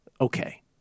Okay